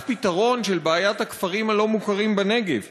פתרון של בעיית הכפרים הלא-מוכרים בנגב?